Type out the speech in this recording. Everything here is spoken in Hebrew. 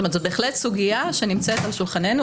זו בהחלט סוגיה שנמצאת על שולחננו.